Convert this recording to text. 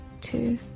two